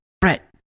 Brett